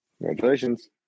Congratulations